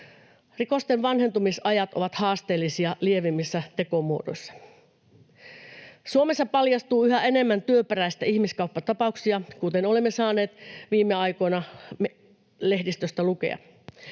Rikosten vanhentumisajat ovat haasteellisia lievimmissä tekomuodoissa. Suomessa paljastuu yhä enemmän työperäisiä ihmiskauppatapauksia, kuten olemme saaneet viime aikoina lehdistöstä lukea.